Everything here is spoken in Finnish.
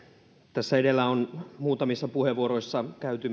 tässä edellä on muutamissa puheenvuoroissa käyty